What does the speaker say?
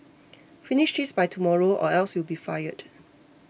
finish this by tomorrow or else you'll be fired